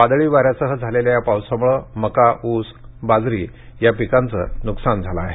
वादळी वाऱ्यासह झालेल्या या पावसामुळे मका ऊस बाजरी पिकांचं नुकसान झालं आहे